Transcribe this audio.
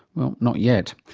well, not yet.